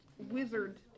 wizard